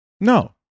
No